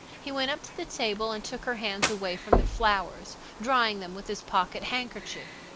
he went up to the table and took her hands away from the flowers, drying them with his pocket handkerchief.